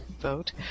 vote